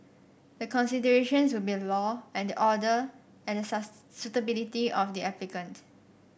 the considerations will be law and order and the suitability of the applicant